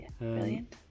Brilliant